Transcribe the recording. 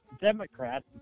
Democrat